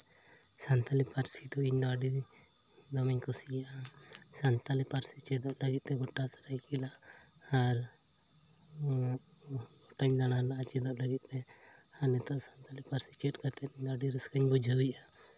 ᱥᱟᱱᱛᱟᱲᱤ ᱯᱟᱹᱨᱥᱤ ᱫᱚ ᱤᱧ ᱫᱚ ᱟᱹᱰᱤᱧ ᱫᱚᱢᱤᱧ ᱠᱩᱥᱤᱭᱟᱜᱼᱟ ᱥᱟᱱᱛᱟᱲᱤ ᱯᱟᱹᱨᱥᱤ ᱪᱮᱫᱚᱜ ᱞᱟᱹᱜᱤᱫ ᱛᱮ ᱜᱚᱴᱟ ᱥᱟᱹᱨᱟᱹᱭ ᱠᱮᱞᱞᱟ ᱟᱨ ᱜᱚᱴᱟᱧ ᱫᱟᱬᱟᱱᱟ ᱪᱮᱫᱚᱜ ᱞᱟᱹᱜᱤᱫ ᱛᱮ ᱟᱨ ᱱᱤᱛᱳᱜ ᱥᱟᱱᱛᱟᱲᱤ ᱯᱟᱹᱨᱥᱤ ᱪᱮᱫ ᱠᱟᱛᱮ ᱤᱧ ᱫᱚ ᱟᱹᱰᱤ ᱨᱟᱹᱥᱠᱟᱹᱧ ᱵᱩᱡᱷᱟᱹᱣᱮᱜᱼᱟ